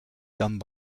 done